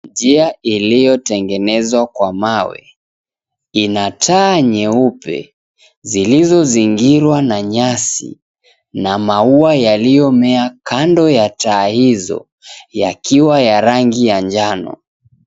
Njia iliyotengenezwa kwa mawe, ina taa nyeupe zilizozingirwa na nyasi na maua yaliomea kando ya taa hizo yakiwa ya rangi ya njano.